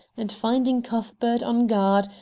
and, finding cuthbert on guard,